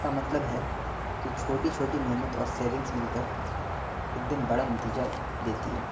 اس کا مطلب ہے کہ چھوٹی چھوٹی محنت اور سیونگس مل کر ایک دن بڑا انتیزہ دیتی ہے